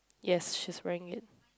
yes she's wearing it